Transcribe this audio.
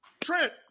Trent